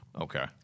Okay